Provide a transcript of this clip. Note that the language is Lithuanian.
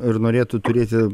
ir norėtų turėti